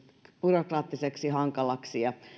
byrokraattiseksi hankalaksi ja